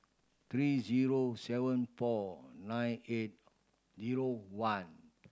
three zero seven four nine eight zero one